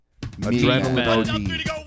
Adrenaline